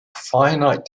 finite